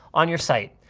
on your site.